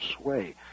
sway